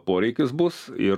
poreikis bus ir